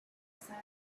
said